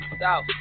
South